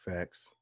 Facts